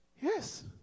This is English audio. yes